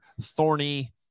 thorny